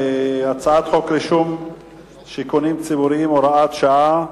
הצעת חוק רישום שיכונים ציבוריים (הוראת שעה)